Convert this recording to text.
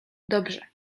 dobrze